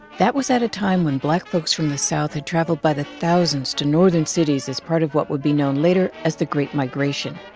that was at a time when black folks from the south had travelled by the thousands to northern cities as part of what would be known later as the great migration.